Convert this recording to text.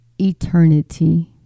eternity